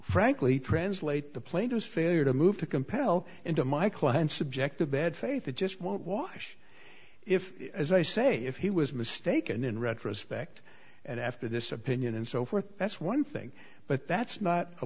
frankly translate the plaintiff failure to move to compel into my client's subjective bad faith that just won't wash if as i say if he was mistaken in retrospect and after this opinion and so forth that's one thing but that's not a